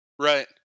Right